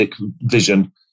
vision